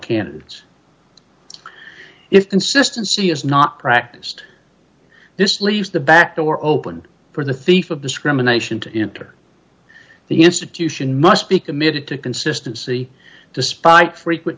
candidates if consistency is not practiced this leaves the back door open for the thief of discrimination to enter the institution must be committed to consistency despite frequent